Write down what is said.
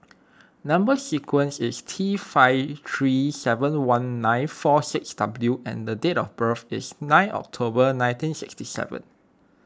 Number Sequence is T five three seven one four six W and date of birth is nine October nineteen sixty seven